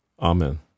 Amen